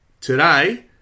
Today